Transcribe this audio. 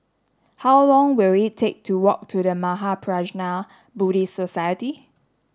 how long will it take to walk to The Mahaprajna Buddhist Society